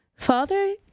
Father